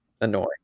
annoying